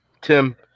Tim